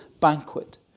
banquet